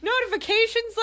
notifications